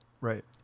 Right